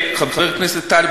חבר הכנסת טלב,